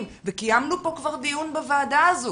קיימנו פה כבר דיון בוועדה הזו